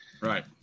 Right